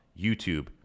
YouTube